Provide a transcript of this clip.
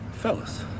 Fellas